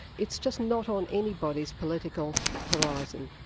it's just not on anybody's political horizon.